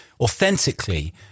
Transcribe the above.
authentically